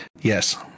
Yes